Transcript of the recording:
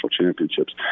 championships